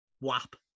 WAP